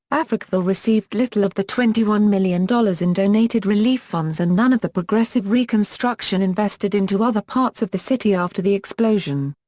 africville received little of the twenty one million dollars in donated relief relief funds and none of the progressive reconstruction invested into other parts of the city after the explosion.